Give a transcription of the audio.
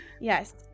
Yes